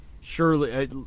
surely